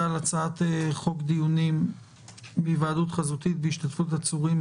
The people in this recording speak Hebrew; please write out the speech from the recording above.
נוספת בהצעת חוק קיום דיונים בהיוועדות חזותית בהשתתפות עצורים,